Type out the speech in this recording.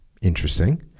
Interesting